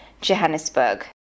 Johannesburg